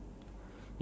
ya